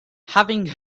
having